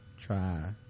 try